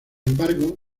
embargo